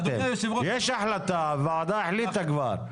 יש החלטה, הוועדה החליטה כבר.